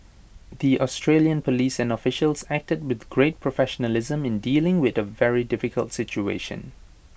the Australian Police and officials acted with great professionalism in dealing with A very difficult situation